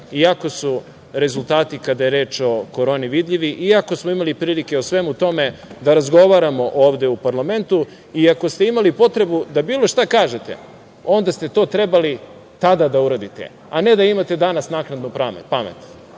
iako su rezultati kada je reč o Koroni vidljivi, iako smo imali prilike o svemu tome da razgovaramo ovde u parlamentu. Ako ste imali potrebu da bilo šta kažete, onda ste to trebali tada da uradite, a ne da imate danas naknadno pamet. Ni